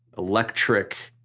electric,